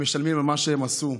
הם משלמים על מה שהם עשו,